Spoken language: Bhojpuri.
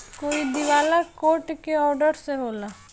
कोई दिवाला कोर्ट के ऑर्डर से होला